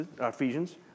Ephesians